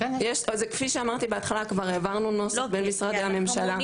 כפי שאמרתי בהתחלה כבר העברנו נוסח בין משרדי הממשלה,